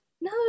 No